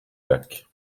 lac